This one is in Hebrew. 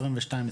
2022,